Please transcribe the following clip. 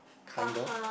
kind of